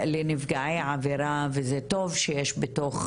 לנפגעי עבירה, וזה טוב שיש בתוך